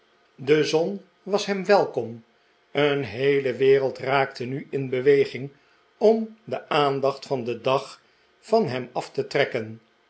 de zon was hem welkom een heele wereld raakte nu in beweging om de aandacht van den dag van hem af te trekken